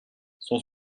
son